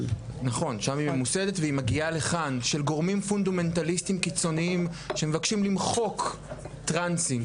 של גורמים פונדמנטליסטיים קיצוניים שמבקשים למחוק טרנסים,